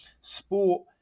sport